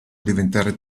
diventare